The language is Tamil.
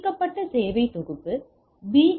நீட்டிக்கப்பட்ட சேவைத் தொகுப்பாகும் மேலும் பி